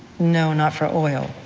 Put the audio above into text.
no, not for oil,